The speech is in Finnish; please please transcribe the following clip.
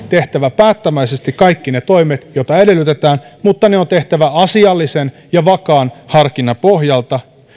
tehtävä päättäväisesti kaikki ne toimet joita edellytetään mutta ne on tehtävä asiallisen ja vakaan harkinnan pohjalta